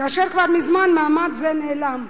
כאשר כבר מזמן מעמד זה נעלם.